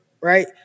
right